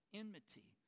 enmity